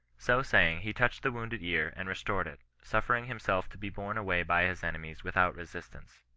so saying, he touched the wounded ear, and restored it, suffering himself to be borne away by his enemies without resistance.